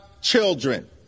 children